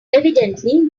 evidently